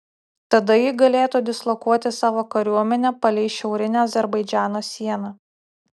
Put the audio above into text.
tada ji galėtų dislokuoti savo kariuomenę palei šiaurinę azerbaidžano sieną